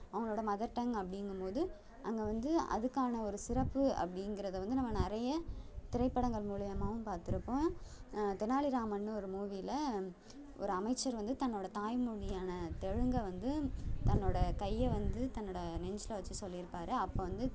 அவங்களோட mother tongue அப்படிங்கும் போது அங்கே வந்து அதுக்கான ஒரு சிறப்பு அப்படிங்கிறத வந்து நம்ம நிறைய திரைப்படங்கள் மூலிமாவும் பார்த்துருப்போம் தெனாலிராமன்னு ஒரு மூவியில் ஒரு அமைச்சர் வந்து தன்னோடய தாய்மொழியான தெலுங்கை வந்து தன்னோடய கையை வந்து தன்னோடய நெஞ்சில் வச்சு சொல்லியிருப்பாரு அப்போ வந்து